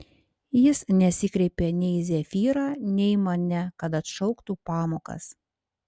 jis nesikreipė nei į zefyrą nei į mane kad atšauktų pamokas